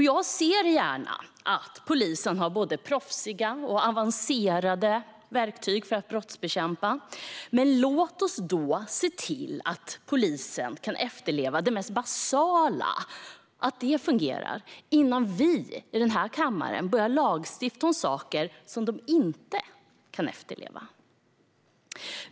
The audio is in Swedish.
Jag ser gärna att polisen har både proffsiga och avancerade verktyg för att brottsbekämpa. Men låt oss då se till att polisen kan efterleva det mest basala och att det fungerar innan vi i den här kammaren börjar lagstifta om saker som polisen inte kan efterleva.